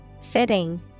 fitting